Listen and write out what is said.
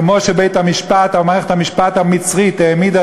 כמו שבית-המשפט או מערכת המשפט המצרית העמידה